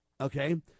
okay